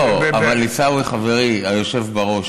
לא, אבל עיסאווי, חברי, היושב בראש